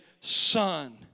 son